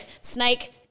Snake